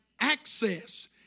access